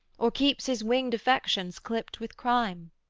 or keeps his winged affections clipt with crime